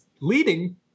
leading